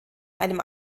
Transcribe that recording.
einem